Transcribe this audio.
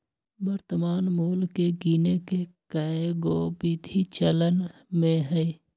वर्तमान मोल के गीने के कएगो विधि चलन में हइ